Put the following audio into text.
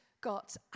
got